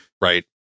right